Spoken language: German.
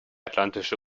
atlantische